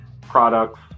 products